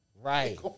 Right